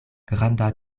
granda